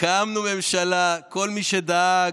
הקמנו ממשלה, כל מי שדאג.